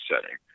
setting